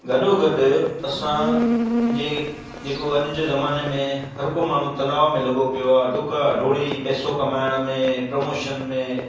गॾो गॾु असांजे जेको अॼु जे ज़माने में हर को माण्हू तनाउ में लॻो पियो आहे डुक दौड़ी पैसो कमाइण में प्रमोशन में